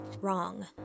wrong